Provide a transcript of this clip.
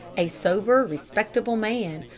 a sober, respectable man,